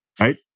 right